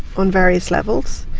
on various levels.